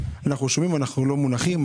אנחנו שומעים: אנחנו לא מונחים,